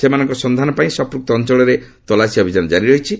ସେମାନଙ୍କ ସନ୍ଧାନ ପାଇଁ ସଂପୂକ୍ତ ଅଞ୍ଚଳରେ ତଲାସୀ ଅଭିଯାନ ଜାରୀ ରହିଛି